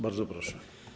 Bardzo proszę.